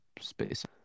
space